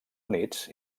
units